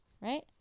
Right